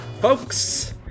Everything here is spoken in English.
folks